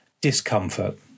discomfort